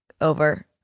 Over